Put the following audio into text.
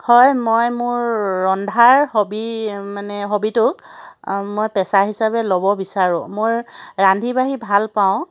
হয় মই ৰন্ধাৰ হবী মানে হবীটো মই পেছা হিচাপে ল'ব বিচাৰোঁ মই ৰান্ধি বাঢ়ি ভাল পাওঁ